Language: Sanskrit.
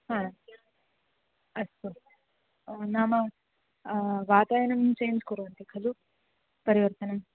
हा अस्तु ओ नाम वातायनं चेञ्ज् कुर्वन्ति खलु परिवर्तनम्